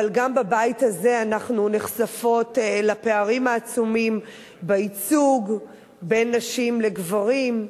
אבל גם בבית הזה אנחנו נחשפות לפערים העצומים בייצוג בין נשים לגברים,